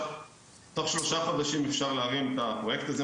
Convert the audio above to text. תוך שלושה חודשים אפשר להרים את הפרוייקט הזה,